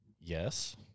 yes